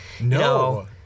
No